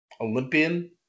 Olympian